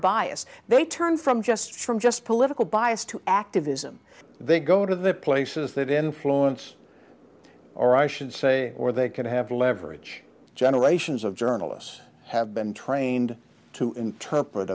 bias they turn from just from just political bias to activism they go to the places that influence or i should say or they can have leverage generations of journalists have been trained to interpret